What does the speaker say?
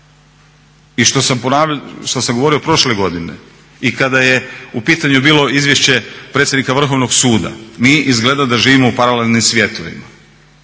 i što sam govorio prošle godine i kada je u pitanju bilo izvješće predsjednika Vrhovnoga suda, mi izgleda da živimo u paralelnim svjetovima.